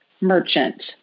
merchant